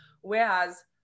whereas